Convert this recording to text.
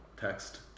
text